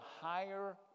higher